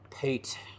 Pete